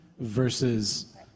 versus